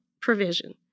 provision